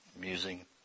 musing